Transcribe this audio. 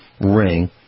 ring